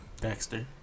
Dexter